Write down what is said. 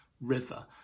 river